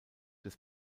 des